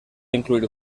incluir